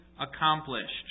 accomplished